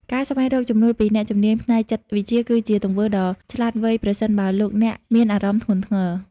ការស្វែងរកជំនួយពីអ្នកជំនាញផ្នែកចិត្តវិទ្យា គឺជាទង្វើដ៏ឆ្លាតវៃប្រសិនបើលោកអ្នកមានអារម្មណ៍ធ្ងន់ធ្ងរ។